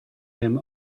him